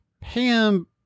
Pam